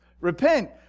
Repent